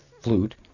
flute